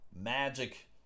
Magic